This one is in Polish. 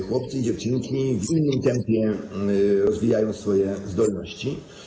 Chłopcy i dziewczynki w innym tempie rozwijają swoje zdolności.